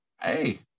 hey